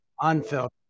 unfiltered